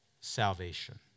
Salvation